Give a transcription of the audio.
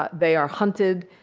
but they are hunted,